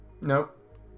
Nope